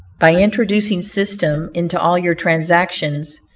by introducing system into all your transactions,